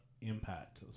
impact